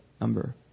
number